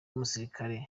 umusirikare